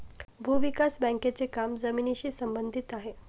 भूविकास बँकेचे काम जमिनीशी संबंधित आहे